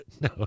No